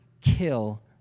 kill